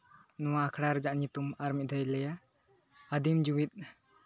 ᱱᱚᱣᱟ ᱟᱠᱷᱲᱟ ᱨᱮᱭᱟᱜ ᱧᱩᱛᱩᱢ ᱟᱨ ᱢᱤᱫ ᱫᱷᱟᱣ ᱤᱧ ᱞᱟᱹᱭᱟ ᱟᱹᱫᱤᱢ ᱡᱩᱢᱤᱫ